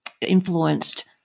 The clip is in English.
influenced